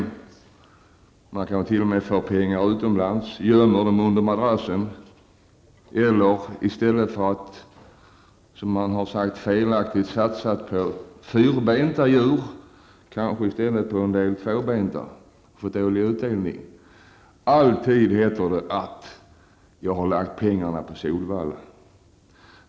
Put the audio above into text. Men man kan t.o.m. ha fört ut pengar utomlands, gömt pengar under madrassen eller, i stället för att ''felaktigt'' ha satsat på fyrbenta djur, kanske ha satsat på tvåbenta och fått dålig utdelning. Alltid heter det då att man har lagt pengarna på Solvalla.